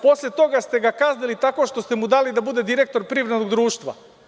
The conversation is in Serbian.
Posle toga ste ga kaznili tako što ste mu dali da bude direktor privrednog društva.